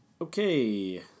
Okay